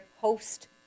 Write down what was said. host